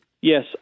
Yes